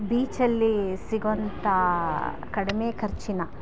ಬೀಚಲ್ಲಿ ಸಿಗೋವಂಥ ಕಡಿಮೆ ಖರ್ಚಿನ